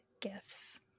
gifts